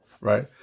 Right